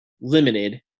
limited